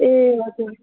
ए हजुर